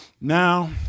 Now